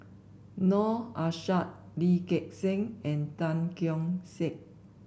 Noor Aishah Lee Gek Seng and Tan Keong Saik